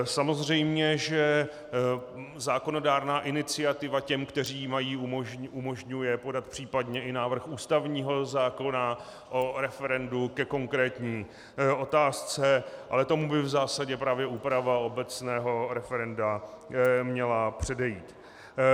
Samozřejmě že zákonodárná iniciativa těm, kteří ji mají, umožňuje podat případně i návrh ústavního zákona o referendu ke konkrétní otázce, ale tomu by v zásadě právě úprava obecného referenda měla předejít.